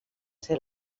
ser